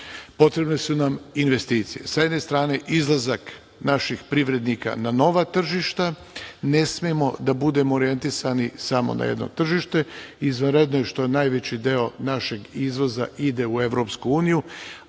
Potrebne su nam investicije. Sa jedne strane izlazak naših privrednika na nova tržišta. Ne smemo da budemo orjentisani samo na jedno tržište. Izvanredno je što najveći deo našeg izvoza ide u EU, ali